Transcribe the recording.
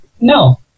No